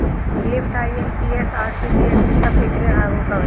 NEFT, IMPS, RTGS इ सब एकरे रूप हवे